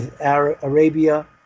Arabia